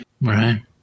Right